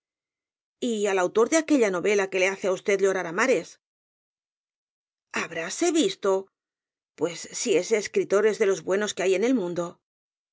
y al autor de aquella novela que le hace á usted llorar á mares tomo i v rosalía de castro habíase visto pues si ese escritor es de los buenos que hay en el mundo